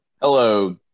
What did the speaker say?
Hello